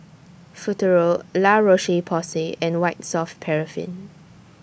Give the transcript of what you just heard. Futuro La Roche Porsay and White Soft Paraffin